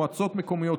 מועצות מקומיות,